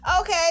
Okay